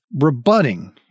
rebutting